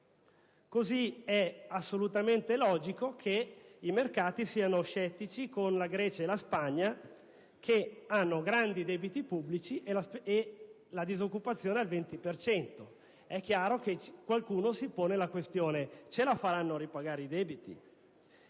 allora assolutamente logico che i mercati siano scettici con la Grecia e la Spagna, che hanno un grande debito pubblico ed una disoccupazione al 20 per cento: è chiaro che qualcuno si ponga la questione se ce la faranno a ripagare i debiti.